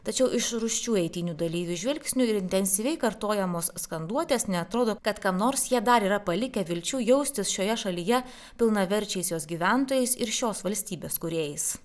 tačiau iš rūsčių eitynių dalyvių žvilgsnių ir intensyviai kartojamos skanduotes neatrodo kad kam nors jie dar yra palikę vilčių jaustis šioje šalyje pilnaverčiais jos gyventojais ir šios valstybės kūrėjais